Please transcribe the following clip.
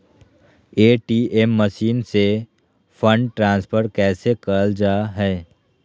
ATM machine से fund transfer कैसे करल जा है?